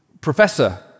professor